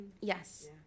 Yes